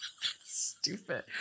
stupid